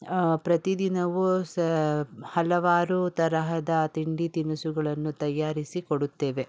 ಪ್ರತಿ ದಿನವೂ ಸ ಹಲವಾರು ತರಹದ ತಿಂಡಿ ತಿನಿಸುಗಳನ್ನು ತಯಾರಿಸಿ ಕೊಡುತ್ತೇವೆ